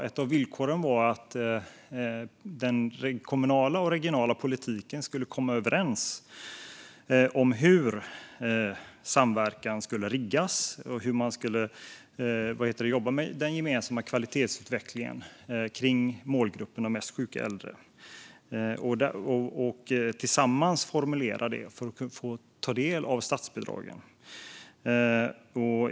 Ett av villkoren var att den kommunala och den regionala politiken skulle komma överens om hur samverkan skulle riggas och tillsammans formulera hur man skulle jobba med den gemensamma kvalitetsutvecklingen kring målgruppen de mest sjuka äldre för att få ta del av statsbidragen.